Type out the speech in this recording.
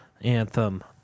Anthem